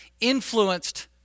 influenced